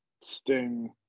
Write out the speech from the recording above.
Sting